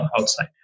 outside